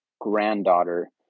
granddaughter